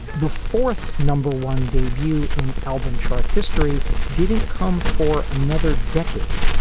the fourth number one debut in album chart history didn't come for another decade.